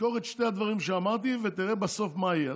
זכור את שני הדברים שאמרתי ותראה בסוף מה יהיה.